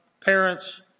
parents